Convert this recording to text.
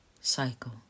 Cycle